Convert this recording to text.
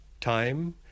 time